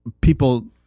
people